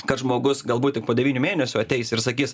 kad žmogus galbūt tik po devynių mėnesių ateis ir sakys